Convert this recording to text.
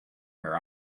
her